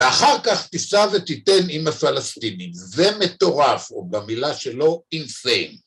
‫ואחר כך תישא ותיתן עם הפלסטינים. ‫זה מטורף, או במילה שלו, אינסיין.